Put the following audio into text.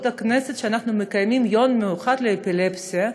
הכנסת שאנחנו מקיימים יום מיוחד לאפילפסיה,